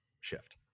shift